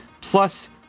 Plus